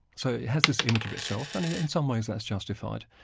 so it has this image of itself, and in some ways that's justified.